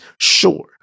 sure